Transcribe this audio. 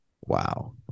Wow